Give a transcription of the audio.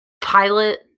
pilot